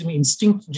instinct